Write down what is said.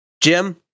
Jim